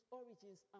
origins